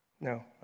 No